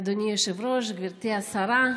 אדוני היושב-ראש, גברתי השרה,